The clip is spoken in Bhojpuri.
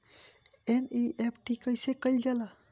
एन.ई.एफ.टी कइसे कइल जाला?